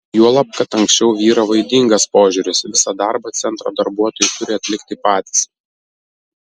juolab kad anksčiau vyravo ydingas požiūris visą darbą centro darbuotojai turi atlikti patys